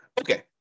Okay